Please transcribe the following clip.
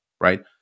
right